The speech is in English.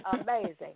amazing